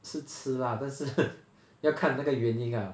是吃 lah 但是要看那个原因 lah